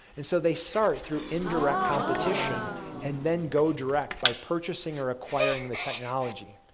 and so they start through indirect competition and then go direct by purchasing or acquiring the technology.